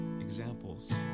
examples